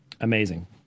amazing